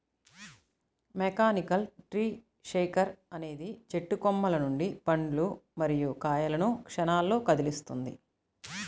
mechanical tree shaker అనేది చెట్టు కొమ్మల నుండి పండ్లు మరియు కాయలను క్షణాల్లో కదిలిస్తుంది